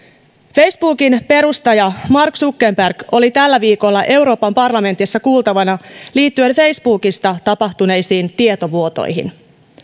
facebookin perustaja mark zuckerberg oli tällä viikolla euroopan parlamentissa kuultavana liittyen facebookista tapahtuneisiin tietovuotoihin kun